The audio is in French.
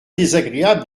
désagréable